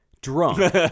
Drunk